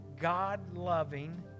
God-loving